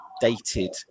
dated